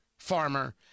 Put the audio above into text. farmer